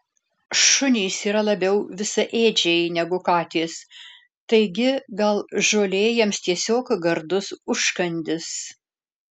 šunys yra labiau visaėdžiai negu katės taigi gal žolė jiems tiesiog gardus užkandis